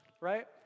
right